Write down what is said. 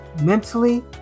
mentally